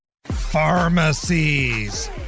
Pharmacies